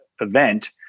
event